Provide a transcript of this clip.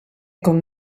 com